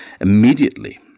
immediately